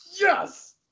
Yes